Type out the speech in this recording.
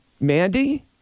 Mandy